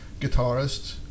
guitarist